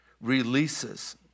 releases